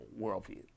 worldview